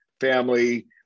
family